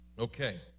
Okay